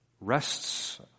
rests